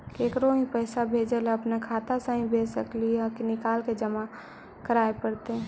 केकरो ही पैसा भेजे ल अपने खाता से ही भेज सकली हे की निकाल के जमा कराए पड़तइ?